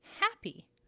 happy